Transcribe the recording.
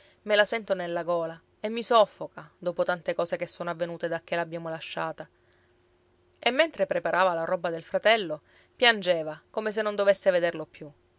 me la sento nella gola e mi soffoca dopo tante cose che sono avvenute dacché l'abbiamo lasciata e mentre preparava la roba del fratello piangeva come se non dovesse vederlo più